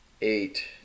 eight